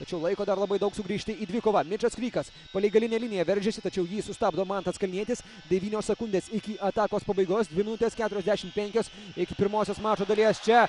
tačiau laiko dar labai daug sugrįžti į dvikovą mičas krykas palei galinę liniją veržiasi tačiau jį sustabdo mantas kalnietis devynios sekundės iki atakos pabaigos dvi minutės keturiasdešim penkios iki pirmosios mačo dalies čia